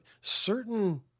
certain